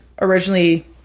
originally